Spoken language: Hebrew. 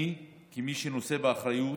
אני, כמי שנושא באחריות,